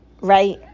right